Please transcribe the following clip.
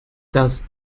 das